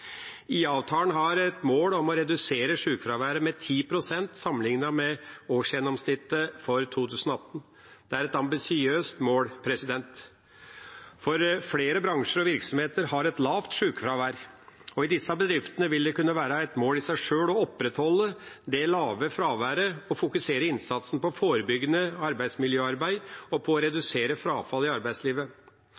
har et mål om å redusere sjukefraværet med 10 pst. sammenliknet med årsgjennomsnittet for 2018. Det er et ambisiøst mål, for flere bransjer og virksomheter har et lavt sjukefravær, og i disse bedriftene vil det kunne være et mål i seg sjøl å opprettholde det lave fraværet og fokusere innsatsen på forebyggende arbeidsmiljøarbeid og på å